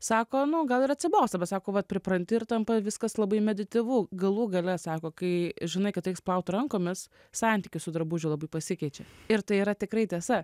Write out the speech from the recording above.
sako nu gal ir atsibosta bet sako vat pripranti ir tampa viskas labai medityvu galų gale sako kai žinai kad reiks plaut rankomis santykis su drabužiu labai pasikeičia ir tai yra tikrai tiesa